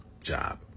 job